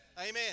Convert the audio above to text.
Amen